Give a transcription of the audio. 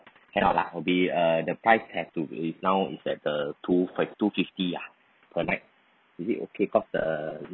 cannot lah will be uh the price have to is now is at the two fi~ two fifty ah per night is it okay because the